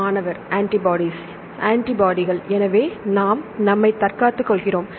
மாணவர் ஆன்டிபாடீஸ் ஆன்டிபாடிகள் எனவே நாம் நம்மை தற்காத்துக் கொள்கிறோம்